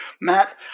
Matt